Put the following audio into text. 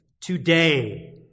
today